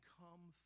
come